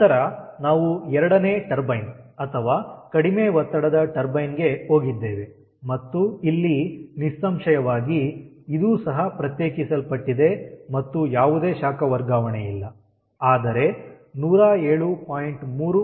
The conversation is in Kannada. ನಂತರ ನಾವು ಎರಡನೇ ಟರ್ಬೈನ್ ಅಥವಾ ಕಡಿಮೆ ಒತ್ತಡದ ಟರ್ಬೈನ್ ಗೆ ಹೋಗಿದ್ದೇವೆ ಮತ್ತು ಇಲ್ಲಿ ನಿಸ್ಸಂಶಯವಾಗಿ ಇದೂ ಸಹ ಪ್ರತ್ಯೇಕಿಸಲ್ಪಟ್ಟಿದೆ ಮತ್ತು ಯಾವುದೇ ಶಾಖ ವರ್ಗಾವಣೆಯಿಲ್ಲ ಆದರೆ 107